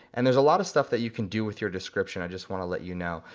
and there's a lot of stuff that you can do with your description. i just wanna let you know.